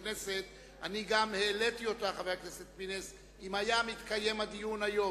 כפוף להסכמת חבר הכנסת אורלב לתאם את נושא הקריאה הראשונה עם הממשלה.